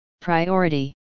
priority